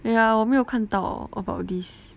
没有啊我没有看到 about this